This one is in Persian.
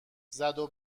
زدو